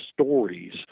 stories